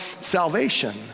salvation